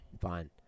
fine